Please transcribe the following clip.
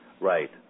Right